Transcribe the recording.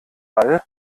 ball